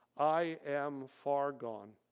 i am far gone.